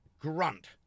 grunt